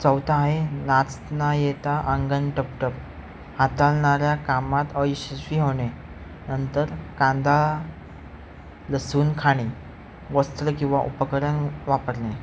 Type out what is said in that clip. चौथा आहे नाचता येता आंगण टपटप हाताळणाऱ्या कामात अयशस्वी होणे नंतर कांदा लसूण खाणे वस्त्र किंवा उपकरण वापरले